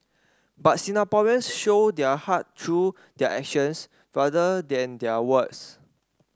but Singaporeans show their heart through their actions rather than their words